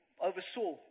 oversaw